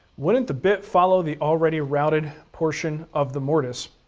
wouldn't the bit follow the already routed portion of the mortise?